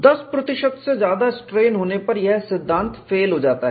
10 से ज्यादा स्ट्रेन होने पर यह सिद्धांत फेल हो जाता है